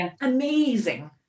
amazing